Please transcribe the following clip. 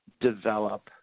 develop